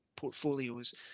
portfolios